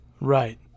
Right